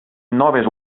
noves